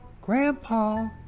Grandpa